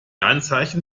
anzeichen